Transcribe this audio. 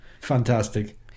Fantastic